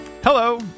Hello